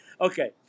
Okay